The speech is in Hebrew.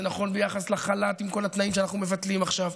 זה נכון ביחס לחל"ת עם כל התנאים שאנחנו מבטלים עכשיו,